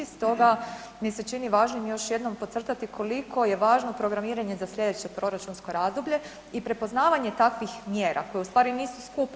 Stoga mi se čini važnim još jednom podcrtati koliko je važno programiranje za slijedeće proračunsko razdoblje i prepoznavanje takvih mjera koje u stvari nisu skupe.